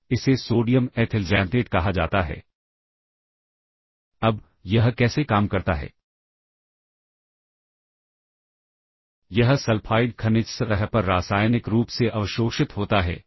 इसलिए यदि आप स्टैक के संदर्भ में आरेखित करते हैं तो यह इस प्रकार है कि पहले PC हाई को संग्रहीत किया जाएगा फिर PC लो को संग्रहीत किया जाएगा